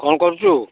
କ'ଣ କରୁଛୁ